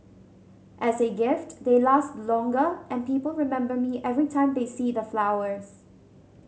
as a gift they last longer and people remember me every time they see the flowers